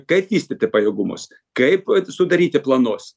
kaip vystyti pajėgumus kaip sudaryti planus